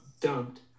dumped